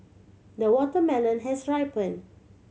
the watermelon has ripen